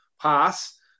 pass